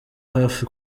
hafi